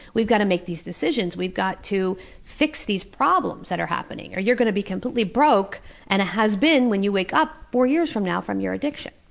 we've got to make these decisions, we've got to fix these problems that are happening or you're going to be completely broke and a has-been when you wake up four years from now from your addiction.